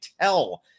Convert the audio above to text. tell